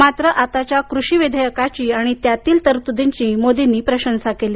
मात्र आताच्या कृषी विधेयकाची आणि त्यातील तरतुदींची मोदींनी प्रशंसा केली